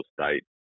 state